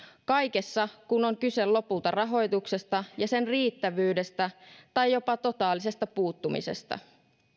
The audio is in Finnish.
kaikessa kun on lopulta kyse rahoituksesta ja sen riittävyydestä tai jopa totaalisesta puuttumisesta